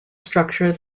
structure